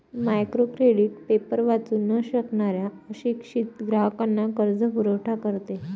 micro credit paper वाचू न शकणाऱ्या अशिक्षित ग्राहकांना कर्जपुरवठा करते